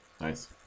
Nice